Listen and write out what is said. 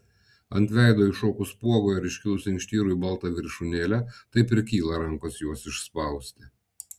ant veido iššokus spuogui ar iškilus inkštirui balta viršūnėle taip ir kyla rankos juos išspausti